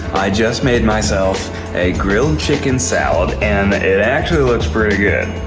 i just made myself a grilled chicken salad, and it actually looks pretty good.